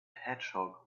hedgehog